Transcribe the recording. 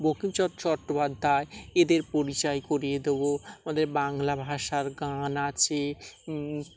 বঙ্কিমচন্দ্র চট্টোপাধ্যায় এদের পরিচয় করিয়ে দেবো আমাদের বাংলা ভাষার গান আছে